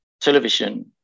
television